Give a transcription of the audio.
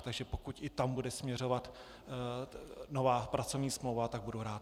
Takže pokud i tam bude směřovat nová pracovní smlouva, tak budu rád.